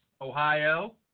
Ohio